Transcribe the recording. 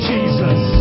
Jesus